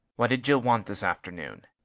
what did jill want this afternoon?